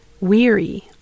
weary